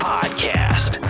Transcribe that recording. Podcast